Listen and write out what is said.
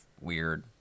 weird